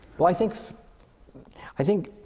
well, i think i think